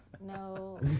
No